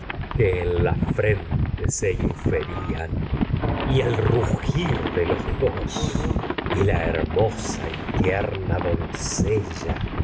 que en la frente y se inferían doncella sentada el rugir de los dos y la hermosa tierna